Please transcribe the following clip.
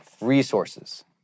resources